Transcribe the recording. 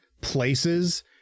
places